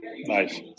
Nice